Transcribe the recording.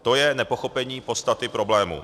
To je nepochopení podstaty problému.